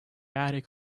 attic